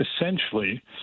essentially